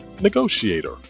negotiator